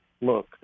look